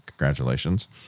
Congratulations